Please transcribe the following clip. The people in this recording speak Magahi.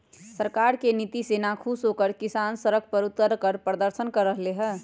सरकार के नीति से नाखुश होकर किसान सड़क पर उतरकर प्रदर्शन कर रहले है